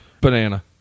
Banana